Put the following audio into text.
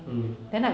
mm